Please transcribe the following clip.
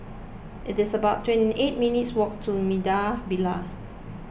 it's about twenty eight minutes' walk to Maida Vale